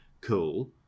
Cool